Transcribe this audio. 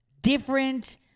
different